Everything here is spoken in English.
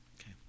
Okay